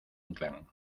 inclán